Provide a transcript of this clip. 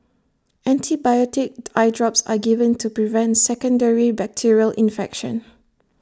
antibiotic eye drops are given to prevent secondary bacterial infection